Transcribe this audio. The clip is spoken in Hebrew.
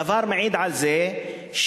הדבר מעיד על זה ששם,